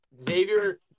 Xavier